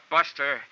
Buster